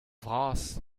vras